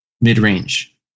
mid-range